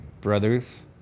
brothers